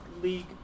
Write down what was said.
League